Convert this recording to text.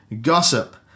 gossip